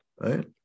right